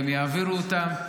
והם יעבירו אותם.